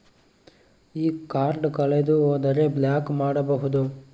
ಈ ಕಾರ್ಡ್ ಕಳೆದು ಹೋದರೆ ಬ್ಲಾಕ್ ಮಾಡಬಹುದು?